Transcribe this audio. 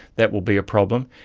that will be a problem.